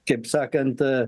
kaip sakant